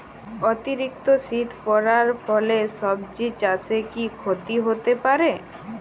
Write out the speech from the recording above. অতিরিক্ত শীত পরার ফলে সবজি চাষে কি ক্ষতি হতে পারে?